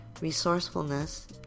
resourcefulness